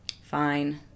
Fine